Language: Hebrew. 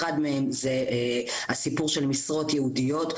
אחת מהן זה הסיפור של משרות ייעודיות,